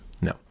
No